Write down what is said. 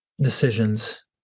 decisions